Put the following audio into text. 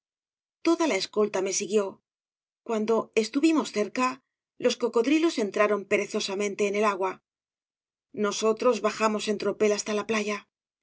toda la escolta me siguió cuando estuvimos cerca los cocodrilos entraron perezosamente en el agua nosotros bajamos en tropel hasta la playa